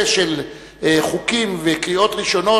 חוקים וקריאות ראשונות,